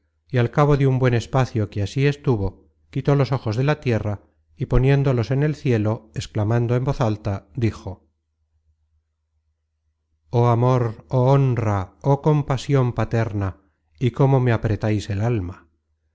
y al cabo de un buen espacio que así estuvo quitó los ojos de la tierra y poniéndolos en el cielo exclamando en voz alta dijo oh amor oh honra oh compasion paterna y cómo me apretais el alma